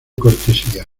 cortesía